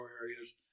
areas